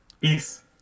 Peace